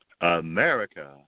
America